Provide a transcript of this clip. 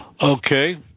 Okay